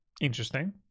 interesting